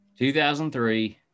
2003